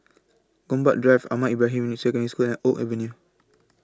Gombak Drive Ahmad Ibrahim Secondary School and Oak Avenue